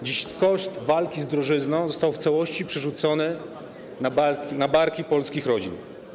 Dziś koszt walki z drożyzną został w całości przerzucony na barki polskich rodzin.